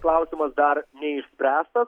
klausimas dar neišspręstas